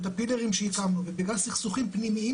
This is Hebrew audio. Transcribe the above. את הפילרים שהקמנו ובגלל סכסוכים פנימיים